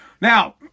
Now